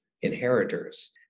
inheritors